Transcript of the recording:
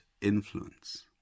influence